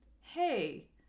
hey